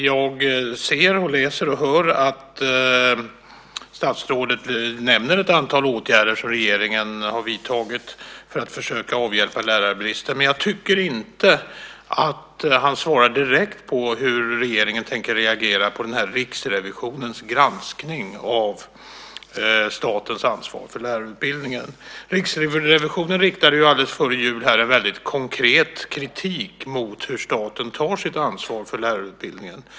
Jag ser, läser och hör att statsrådet nämner ett antal åtgärder som regeringen har vidtagit för att försöka avhjälpa lärarbristen, men jag tycker inte att han svarar direkt på hur regeringen tänker reagera på Riksrevisionens granskning av statens ansvar för lärarutbildningen. Riksrevisionen riktade alldeles före jul väldigt konkret kritik mot hur staten tar sitt ansvar för lärarutbildningen.